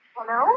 Hello